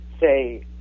say